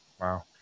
wow